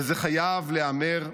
וזה חייב להיאמר ביחד.